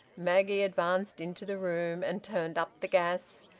maggie advanced into the room and turned up the gas,